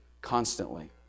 constantly